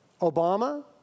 Obama